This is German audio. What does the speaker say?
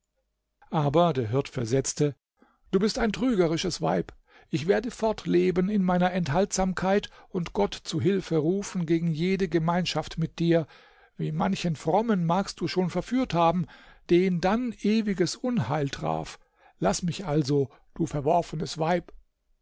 aber der hirt versetzte du bist ein trügerisches weib ich werde fortleben in meiner enthaltsamkeit und gott zu hilfe rufen gegen jede gemeinschaft mit dir wie manchen frommen magst du schon verführt haben den dann ewiges unheil traf laß mich also du verworfenes weib